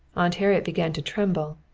aunt harriet began to tremble,